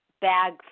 bag